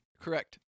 Correct